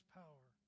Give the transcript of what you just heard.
power